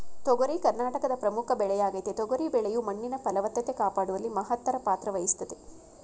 ತೊಗರಿ ಕರ್ನಾಟಕದ ಪ್ರಮುಖ ಬೆಳೆಯಾಗಯ್ತೆ ತೊಗರಿ ಬೆಳೆಯು ಮಣ್ಣಿನ ಫಲವತ್ತತೆ ಕಾಪಾಡುವಲ್ಲಿ ಮಹತ್ತರ ಪಾತ್ರವಹಿಸ್ತದೆ